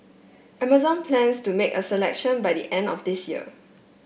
Amazon plans to make a selection by the end of this year